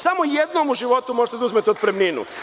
Samo jednom u životu možete da uzmete otpremninu.